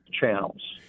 channels